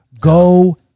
Go